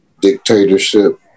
dictatorship